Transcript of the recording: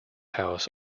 house